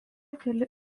keli